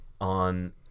on